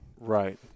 Right